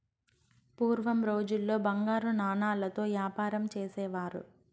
పూర్వం రోజుల్లో బంగారు నాణాలతో యాపారం చేసేవారు